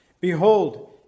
Behold